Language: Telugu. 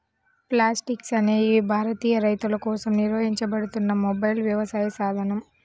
ప్లాంటిక్స్ అనేది భారతీయ రైతులకోసం నిర్వహించబడుతున్న మొబైల్ వ్యవసాయ సాధనం